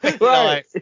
right